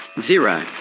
Zero